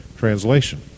translation